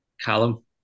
Callum